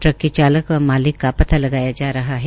truck के चालक व मालिक का पता लगाया जा रहा है